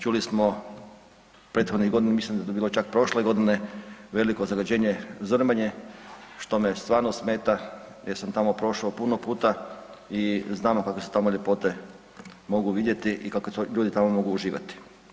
Čuli smo prethodnu godinu, mislim da je to bilo čak prošle godine veliko zagađenje Zrmanje što me stvarno smeta jer sam tamo prošao puno puta i znamo kakve se tamo ljepote mogu vidjeti i kako ljudi tamo mogu uživati.